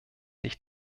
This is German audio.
ich